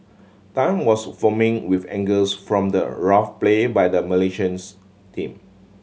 Tan was foaming with angers from the rough play by the Malaysians team